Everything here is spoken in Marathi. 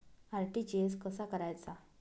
आर.टी.जी.एस कसा करायचा?